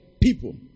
people